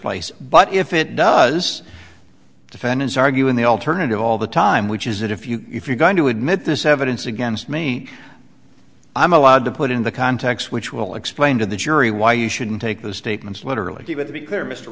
place but if it does defendants argue in the alternative all the time which is that if you if you're going to admit this evidence against me i'm allowed to put in the context which will explain to the jury why you shouldn't take those statements literally given to be clear mr